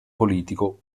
politico